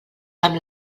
amb